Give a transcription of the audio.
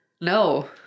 No